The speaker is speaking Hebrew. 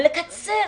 ולקצר,